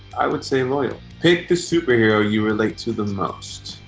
i would say loyal. pick the superhero you relate to the most.